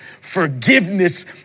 forgiveness